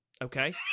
Okay